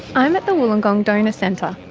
i am at the wollongong donor centre,